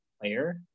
player